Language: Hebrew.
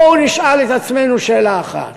בואו נשאל את עצמנו שאלה אחת: